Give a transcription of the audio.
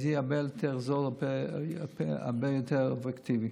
זה יהיה הרבה יותר זול, הרבה יותר אפקטיבי.